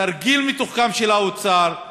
תרגיל מתוחכם של האוצר,